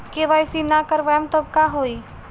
KYC ना करवाएम तब का होई?